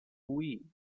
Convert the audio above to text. wii